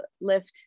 lift